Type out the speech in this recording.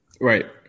Right